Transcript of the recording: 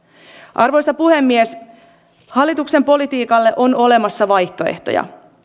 arvoisa puhemies hallituksen politiikalle on olemassa vaihtoehtoja